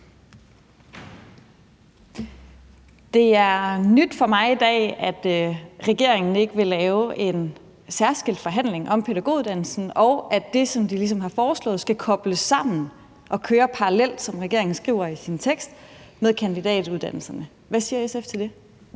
Det er nyt for mig i dag, at regeringen ikke vil lave en særskilt forhandling om pædagoguddannelsen, og at det, som de ligesom har foreslået, skal kobles sammen og køre, som regeringen skriver i sin tekst, parallelt med kandidatuddannelserne. Hvad siger SF til det?